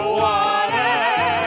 water